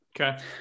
Okay